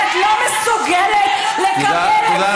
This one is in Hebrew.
הם לא, ואת לא מסוגלת לקבל את זה, תודה.